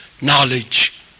knowledge